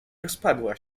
rozpadła